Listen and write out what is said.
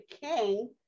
king